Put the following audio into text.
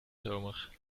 zomer